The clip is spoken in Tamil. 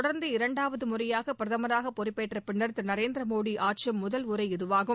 தொடர்ந்து இரண்டாவது முறையாக பிரதமராக பொறுப்பேற்ற பின்னர் திரு நரேந்திர மோடி ஆற்றும் முதல் உரை இதுவாகும்